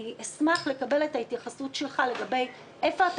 אשמח לקבל את ההתייחסות שלך לגבי איפה אתה